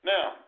Now